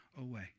away